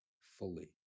fully